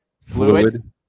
fluid